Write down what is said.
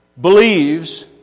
believes